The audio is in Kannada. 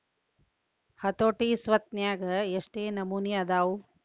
ಹತೋಟಿ ಸ್ವತ್ನ್ಯಾಗ ಯೆಷ್ಟ್ ನಮನಿ ಅದಾವು?